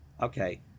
Okay